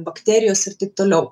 bakterijos ir taip toliau